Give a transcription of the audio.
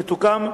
שתוקם,